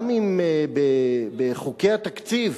גם אם בחוקי התקציב